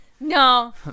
No